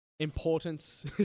importance